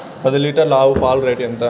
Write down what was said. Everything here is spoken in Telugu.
పది లీటర్ల ఆవు పాల రేటు ఎంత?